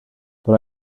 but